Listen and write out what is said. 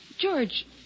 George